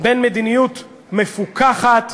בין מדיניות מפוכחת,